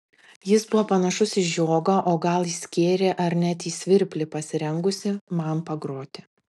jis buvo panašus į žiogą o gal į skėrį ar net į svirplį pasirengusį man pagroti